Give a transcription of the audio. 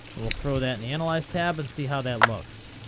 and we'll throw that in the analyze tab and see how that looks.